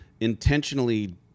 intentionally